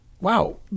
Wow